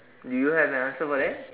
do you have an answer for that